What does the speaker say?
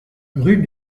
rue